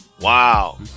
Wow